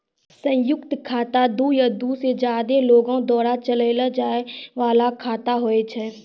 संयुक्त खाता दु या दु से ज्यादे लोगो द्वारा चलैलो जाय बाला खाता होय छै